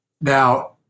Now